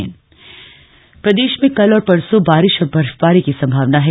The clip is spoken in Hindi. मौसम प्रदेश में कल और परसो बारिश और बर्फबारी की संभावना है